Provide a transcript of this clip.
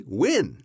win